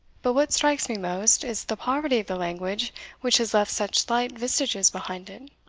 but what strikes me most, is the poverty of the language which has left such slight vestiges behind it.